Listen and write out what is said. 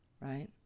right